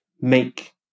make